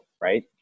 right